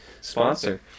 sponsor